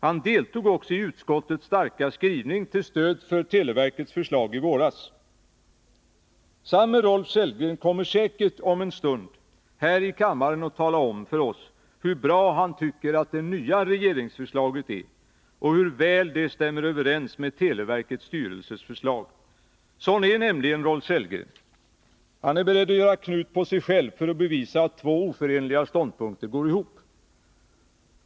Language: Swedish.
Han deltog också i utskottets starka skrivning i våras till stöd för televerkets förslag. Samme Rolf Sellgren kommer säkert om en stund här i kammaren att tala om för oss hur bra han tycker att det nya regeringsförslaget är och hur väl det stämmer överens med förslaget från televerkets styrelse. Sådan är nämligen Rolf Sellgren. Han är beredd att slå knut på sig själv för att bevisa att två oförenliga ståndpunkter går ihop.